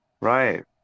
Right